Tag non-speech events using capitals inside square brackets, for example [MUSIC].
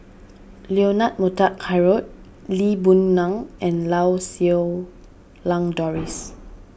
Leonard Montague Harrod Lee Boon Ngan and Lau Siew Lang Doris [NOISE]